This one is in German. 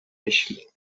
mischling